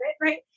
right